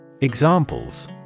Examples